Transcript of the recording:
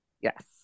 Yes